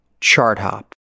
ChartHop